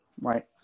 right